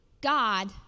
God